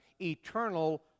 eternal